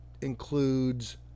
includes